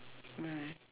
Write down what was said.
right